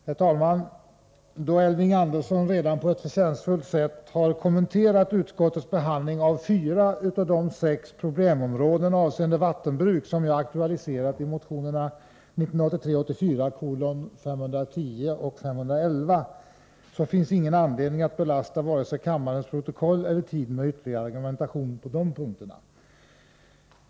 Herr talman! Då Elving Andersson redan på ett förtjänstfullt sätt har kommenterat utskottets behandling av fyra av de sex problemområden avseende vattenbruk som jag aktualiserat i motionerna 1983/84:510 och 511, finns ingen anledning att belasta vare sig kammarens protokoll eller tiden med ytterligare argumentation på de punkterna.